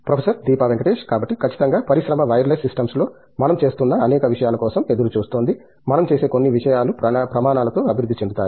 professor Deepa Venkatesh కాబట్టి ఖచ్చితంగా పరిశ్రమ వైర్లెస్ సిస్టమ్స్లో మనం చేస్తున్న అనేక విషయాల కోసం ఎదురుచూస్తోంది మనం చేసే కొన్ని విషయాలు ప్రమాణాలతో అభివృద్ధి చెందుతాయి